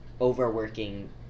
overworking